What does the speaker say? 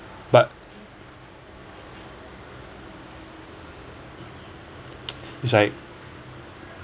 but is like